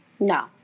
No